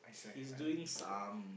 he's doing some